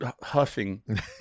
huffing